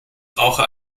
brauche